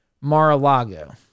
Mar-a-Lago